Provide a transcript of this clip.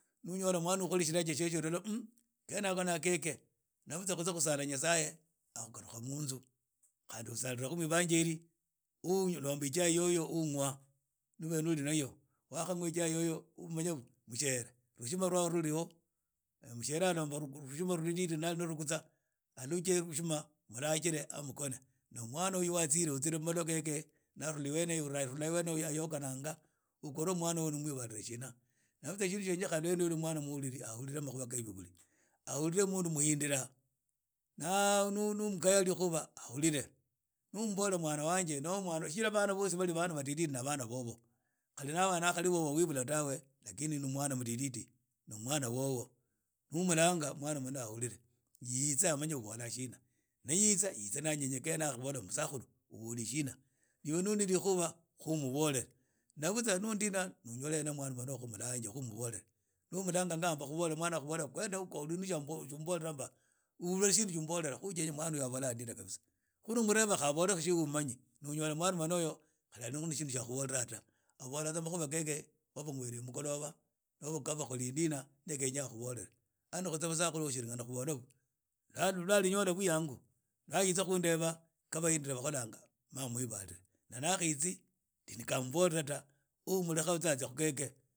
No unyola mwana ukhole shilaghe tsietsie ubola mmh khene yakho na khekhe na butsa khusala nyasaye na khukhalukha munzu khusala khu mubanjeri khu ulomba ichai umwa nobe no uli. Nayo wakhanywa ichai yeyo umanye mushiere rhushima ni lwale luli ho mushiere alomba rhishima ludidi na rhugutsa aluje bushima mulagile na mukhona na mwan uyu wa atsi utsile mu malwa keke arhula wene iyo arhula wene iyo na akhukhana ukhorwa mwana uyu ni umwibale shina na vtsa mwana na vutsa mwana huyu ni ali mwuli ahule makhwa kha bibuli ahule mundu muhindira naaa nu umkhaya likhuwa ahaulile nu umbola mwana wanje anaoho mwana cjira baana bosi wadidi no bana bobo khali ni atabe mwana wa wibula tawe lakini ni mwana mdididi ni omwana wowo ni umulanaga ahulile yitse ahulile ubola shina ni yitsa naye anyenyekea abole musakhulu obola shina n ani uli ne likhuba ummbole na butsa noho ndina no onyole hena mwana wene oyu ummbole ni omulanganga amba khubole mwana akhubole kwenda huku oli na tsia umbola mba obula shindu tsia umbolela khu ujenya mwana huyu umbola shina khu ni omuleva kha umbole khu tsia umanyi ni unyola mwana mwene uyo ali khu na shindu tsia akhubola ta akhubola tsa makhuba kha babwere mukholoba bakholi ndina ndio khenya akhubolele aah na basakhulu bashiringana lwa alinyola bwiyangu lwa alitsa khu ndeba kha bahindira ma mwibale na atitsi ndenyekha mmbole ta ndekha atsia lhu khekheida.